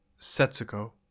Setsuko